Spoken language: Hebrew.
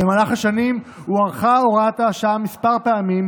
במהלך השנים הוארכה הוראת השעה כמה פעמים,